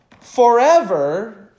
Forever